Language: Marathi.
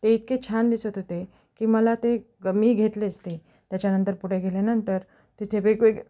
ते इतके छान दिसत होते की मला ते ग मी घेतलेच ते त्याच्यानंतर पुढे गेल्यानंतर तिथे वेगवेग